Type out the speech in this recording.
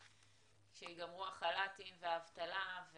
שייגמרו החל"תים והאבטלה,